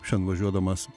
šian važiuodamas